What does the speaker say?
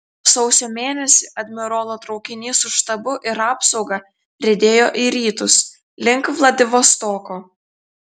sausio mėnesį admirolo traukinys su štabu ir apsauga riedėjo į rytus link vladivostoko